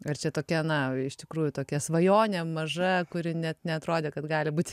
ar čia tokia na iš tikrųjų tokia svajonė maža kuri net neatrodė kad gali būti